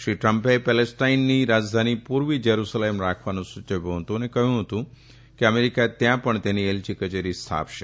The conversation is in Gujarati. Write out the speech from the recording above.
શ્રી ટ્રમ્પે પેલેસ્ટાઇનની રાજધાની પુર્વી જેરૂસલેમ રાખવાનું સુચવ્યું હતું અને કહયું હતું કે અમેરીકા ત્યાં પણ તેની એલચી કચેરી સ્થાપશે